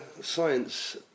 science